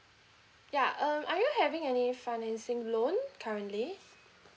ya um are you having any financing loan currently